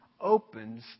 opens